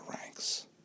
ranks